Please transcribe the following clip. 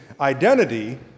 identity